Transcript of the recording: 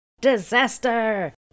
disaster